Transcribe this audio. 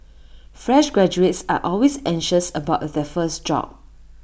fresh graduates are always anxious about their first job